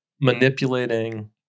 manipulating